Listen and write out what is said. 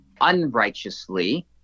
unrighteously